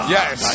Yes